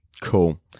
Cool